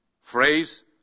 phrase